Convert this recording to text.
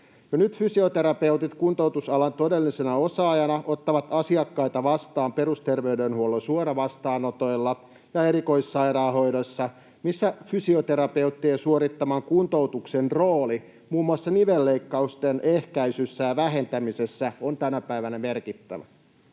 nyt fysioterapeutit kuntoutusalan todellisina osaajina ottavat asiakkaita vastaan perusterveydenhuollon suoravastaanotoilla ja erikoissairaanhoidossa, missä fysioterapeuttien suorittaman kuntoutuksen rooli muun muassa nivelleikkausten ehkäisyssä ja vähentämisessä on tänä päivänä merkittävä.